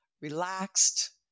relaxed